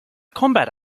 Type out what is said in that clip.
combat